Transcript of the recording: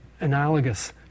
analogous